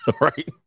right